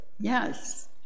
yes